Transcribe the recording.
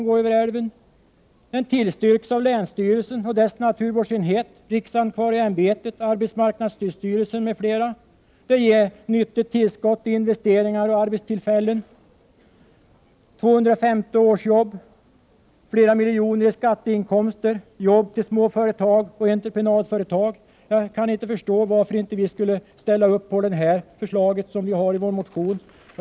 En utbyggnad tillstyrks av länsstyrelsen och dess naturvårdsenhet, av riksantikvarieämbetet, arbetsmarknadsstyrelsen m.fl. Den ger nyttigt tillskott av investeringar och arbetstillfällen, 250 årsjobb, flera miljoner i skatteinkomster, jobb till småföretag och entreprenadföretag. Jag kan inte förstå varför riksdagen inte skulle ställa sig bakom det förslag som vi har i vår motion.